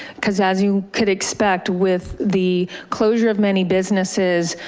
cause as you could expect with the closure of many businesses,